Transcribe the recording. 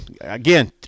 again